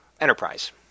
Enterprise